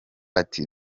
ati